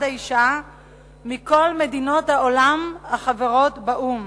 האשה מכל מדינות העולם החברות באו"ם.